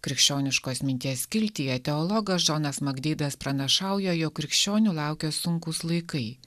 krikščioniškos minties skiltyje teologas džonas magdeidas pranašauja jog krikščionių laukia sunkūs laikai